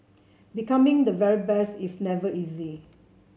becoming the very best is never easy